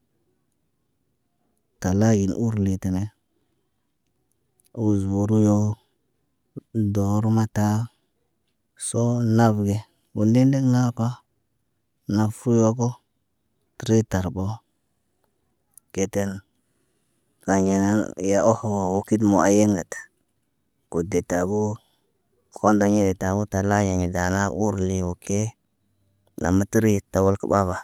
talay in urli təne uzbu riyoo door mata soo, nab ge woo ndendeŋg naapa. Naf fuuyego, təre tarbo. Keten, kanɟena ya oho wokit mu aya nata. Ko de taboo, kondaɲe tabo, talaya ya dana urli woke. Nama təri tawal ka ɓaba.